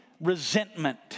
resentment